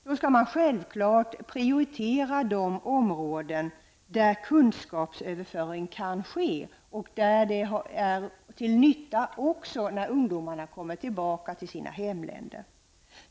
Självfallet skall då de områden prioriteras där kunskapsöverföring kan ske och där erfarenheterna är till nytta också när ungdomarna återvänder till sina hemländer.